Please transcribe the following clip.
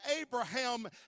Abraham